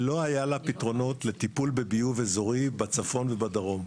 לא היו לה פתרונות לטיפול בביוב אזורי בצפון ובדרום.